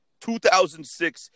2006